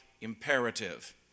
imperative